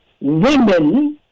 women